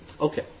Okay